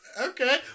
Okay